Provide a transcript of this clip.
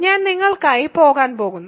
ഞാൻ നിങ്ങൾക്കായി പോകാൻ പോകുന്നു